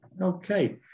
Okay